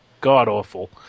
god-awful